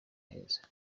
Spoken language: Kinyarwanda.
heza